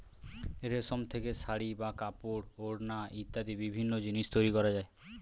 রেশম থেকে শাড়ী বা কাপড়, ওড়না ইত্যাদি বিভিন্ন জিনিস তৈরি করা যায়